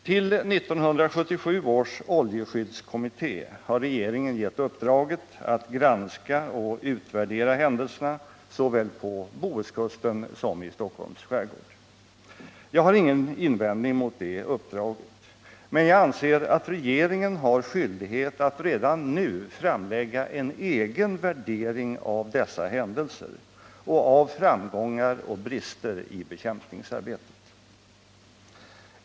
Till 1977 års oljeskyddskommitté har regeringen gett uppdraget att granska och utvärdera händelserna såväl på Bohuskusten som i Stockholms skärgård. Jag har ingen invändning mot det uppdraget, men jag anser att regeringen har skyldighet att redan nu framlägga en egen värdering av dessa händelser och av framgångar och brister i bekämpningsarbetet.